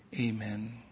Amen